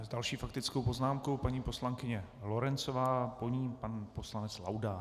S další faktickou poznámkou paní poslankyně Lorencová, po ní pan poslanec Laudát.